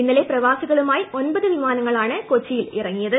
ഇന്ന്ലെ പ്രവാസികളുമായി ഒമ്പത് വിമാനങ്ങളാണ് കൊച്ചിയ്യിൽ ഇറ്ങ്ങിയത്